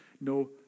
No